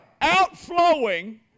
Outflowing